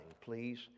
please